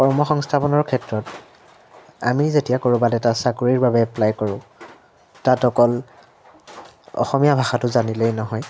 কৰ্ম সংস্থাপনৰ ক্ষেত্ৰত আমি যেতিয়া কৰোবাত এটা চাকৰিৰ বাবে এপ্লাই কৰোঁ তাত অকল অসমীয়া ভাষাটো জানিলেই নহয়